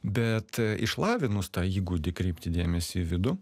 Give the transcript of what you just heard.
bet išlavinus tą įgūdį kreipti dėmesį į vidų